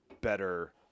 better